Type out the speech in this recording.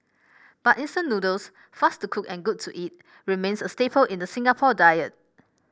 but instant noodles fast to cook and good to eat remains a staple in the Singapore diet